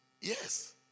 Yes